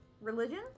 Religion